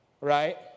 right